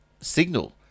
signal